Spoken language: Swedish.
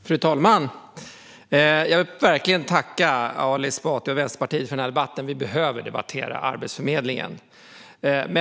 Fru talman! Jag vill verkligen tacka Ali Esbati och Vänsterpartiet för initiativet till den här debatten. Vi behöver debattera Arbetsförmedlingen.